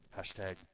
Hashtag